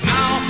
Now